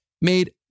made